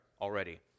already